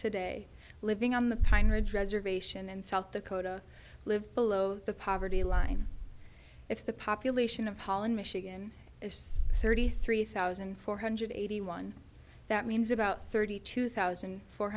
today living on the pine ridge reservation in south dakota live below the poverty line it's the population of holland michigan is thirty three thousand four hundred eighty one that means about thirty two thousand four